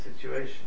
situation